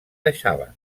deixaven